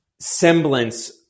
semblance